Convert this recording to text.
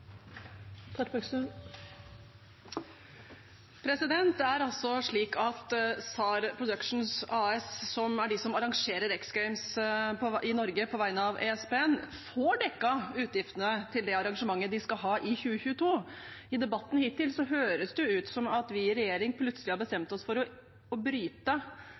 de som arrangerer X Games i Norge på vegne av ESPN, får dekket utgiftene til det arrangementet de skal ha i 2022. I debatten hittil høres det ut som at vi i regjering plutselig har bestemt oss for å bryte et budsjettvedtak ved ikke å